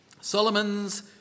Solomon's